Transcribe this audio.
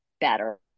better